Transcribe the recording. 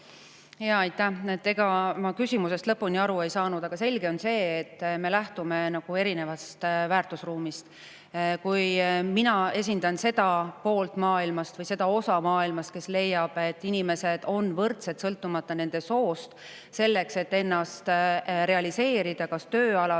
Jaa, aitäh! Ega ma küsimusest lõpuni aru ei saanud, aga selge on see, et me lähtume erinevast väärtusruumist. Kui mina esindan seda osa maailmast, kes leiab, et inimesed on võrdsed, sõltumata nende soost, selleks et ennast realiseerida kas tööalaselt,